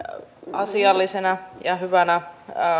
asiallisena ja hyvänä